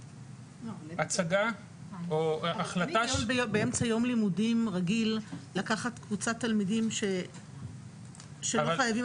באמצע יום לימודים רגיל לקחת קבוצת תלמידים שלא חייבים,